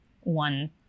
one